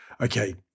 okay